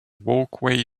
walkway